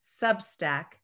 Substack